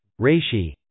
reishi